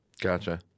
Gotcha